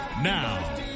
Now